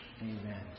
Amen